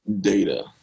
data